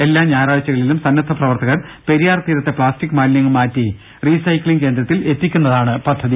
എല്ലാ ഞായറാഴ്ചകളിലും സന്നദ്ധ പ്രവർത്തകർ പെരിയാർ തീരത്തെ പ്ലാസ്റ്റിക് മാലിന്യങ്ങൾ മാറ്റി റീസൈക്ലിംഗ് കേന്ദ്രത്തിൽ എത്തിക്കുന്നതാണ് പദ്ധതി